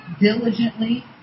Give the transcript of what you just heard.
diligently